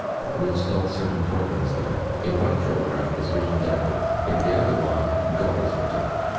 we install certain programs there in one program is written devil, in the other one god is written,